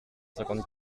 cinquante